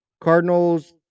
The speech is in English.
Cardinals